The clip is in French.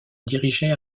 diriger